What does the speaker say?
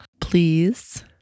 please